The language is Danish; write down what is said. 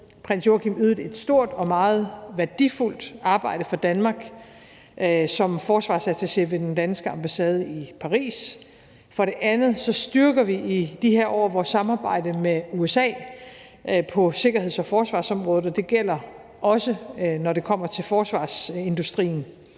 Prins Joachim ydet et stort og meget værdifuldt arbejde for Danmark som forsvarsattaché ved den danske ambassade i Paris; for det andet styrker vi i de her år vores samarbejde med USA på sikkerheds- og forsvarsområdet, og det gælder også, når det kommer til forsvarsindustrien.